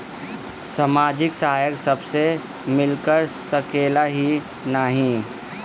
सामाजिक सहायता सबके मिल सकेला की नाहीं?